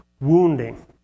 wounding